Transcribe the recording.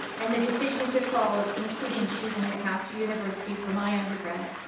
and the decisions that followed, including choosing mcmaster university for my undergrad,